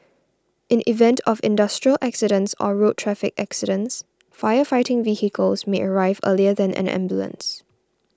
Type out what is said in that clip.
in event of industrial accidents or road traffic accidents fire fighting vehicles may arrive earlier than an ambulance